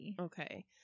Okay